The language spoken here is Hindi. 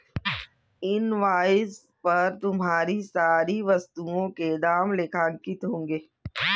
इन्वॉइस पर तुम्हारे सारी वस्तुओं के दाम लेखांकित होंगे